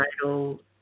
title